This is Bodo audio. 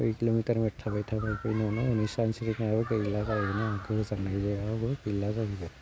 दुइ किल'मिटार थाबाय थाबाय फैनानै हनै सानस्रिनाया गैला गोजांनायावबो गैला जाजोब्बाय